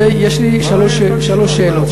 יש לי שלוש שאלות.